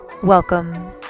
Welcome